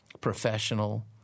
professional